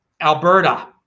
Alberta